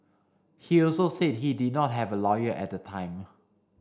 he also said he did not have a lawyer at a time